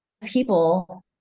people